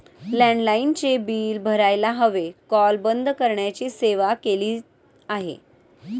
लँडलाइनचे बिल भरायला हवे, कॉल करण्याची सेवा बंद केली आहे